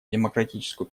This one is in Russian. демократическую